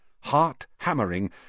Heart-hammering